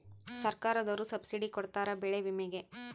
ಸರ್ಕಾರ್ದೊರು ಸಬ್ಸಿಡಿ ಕೊಡ್ತಾರ ಬೆಳೆ ವಿಮೆ ಗೇ